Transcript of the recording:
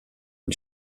une